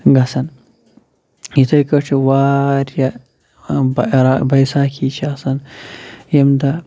گژھان یِتھَے کٲٹھۍ چھُ واریاہ بیساکھی چھِ آسان ییٚمہِ دۄہ